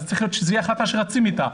אז צריך שזאת תהיה החלטה שרצים איתה.